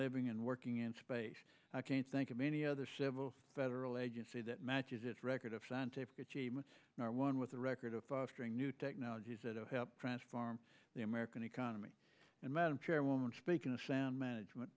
living and working in space i can't think of any other cheval federal agency that matches its record of scientific achievement are one with a record of fostering new technologies that help transform the american economy and madam chairwoman speaking to sound management